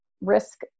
risk